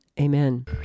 amen